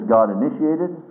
God-initiated